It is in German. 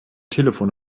telefon